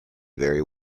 very